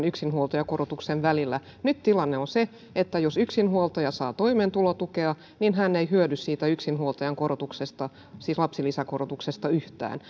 yksinhuoltajakorotuksen välillä nyt tilanne on se että jos yksinhuoltaja saa toimeentulotukea niin hän ei hyödy siitä yksinhuoltajan korotuksesta siis lapsilisäkorotuksesta yhtään